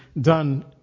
done